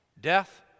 death